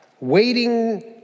waiting